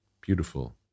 Beautiful